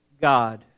God